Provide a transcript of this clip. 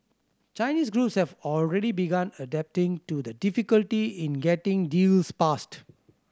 Chinese groups have already begun adapting to the difficulty in getting deals passed